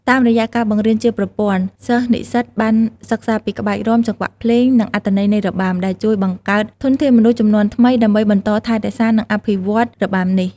តាមរយៈការបង្រៀនជាប្រព័ន្ធ សិស្សនិស្សិតបានសិក្សាពីក្បាច់រាំ ចង្វាក់ភ្លេង និងអត្ថន័យនៃរបាំ ដែលជួយបង្កើតធនធានមនុស្សជំនាន់ថ្មីដើម្បីបន្តថែរក្សា និងអភិវឌ្ឍន៍របាំនេះ។